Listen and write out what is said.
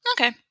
Okay